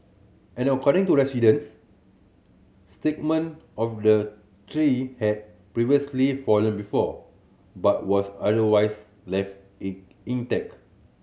and according to residents segment of the tree had previously fallen before but was otherwise left in intact